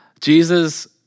Jesus